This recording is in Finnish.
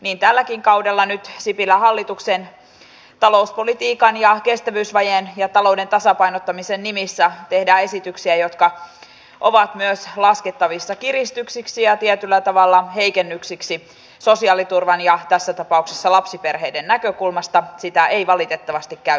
niin tälläkin kaudella nyt sipilän hallituksen talouspolitiikan kestävyysvajeen ja talouden tasapainottamisen nimissä tehdään esityksiä jotka ovat myös laskettavissa kiristyksiksi ja tietyllä tavalla heikennyksiksi sosiaaliturvan ja tässä tapauksessa lapsiperheiden näkökulmasta sitä ei valitettavasti käy kiistäminen